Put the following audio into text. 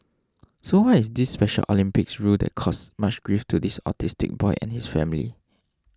so what is this Special Olympics rule that caused much grief to this autistic boy and his family